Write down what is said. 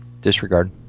Disregard